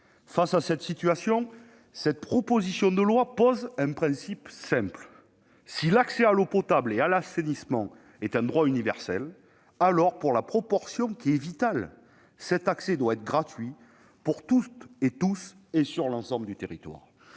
Face à cette situation, cette proposition de loi pose un principe simple : si l'accès à l'eau potable et à l'assainissement est un droit universel, alors, pour la proportion qui est vitale, cet accès doit être gratuit pour toutes et tous et sur l'ensemble du territoire.